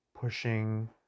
pushing